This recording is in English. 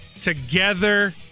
together